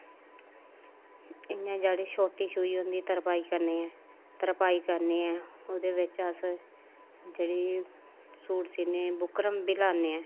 इ'यां जेह्ड़ी छोटी सुई होंदी तरपाई करने तरपाई करने ओह्दे बिच्च अस जेहड़ा सूट सीने बुकरम बी लान्ने आं